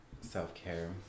self-care